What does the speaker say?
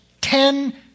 ten